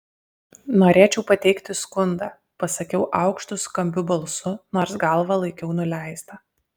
norėčiau pateikti skundą pasakiau aukštu skambiu balsu nors galvą laikiau nuleistą